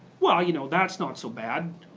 well, you know that's not so bad,